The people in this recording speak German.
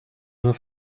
nur